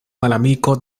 malamiko